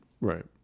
Right